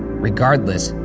regardless,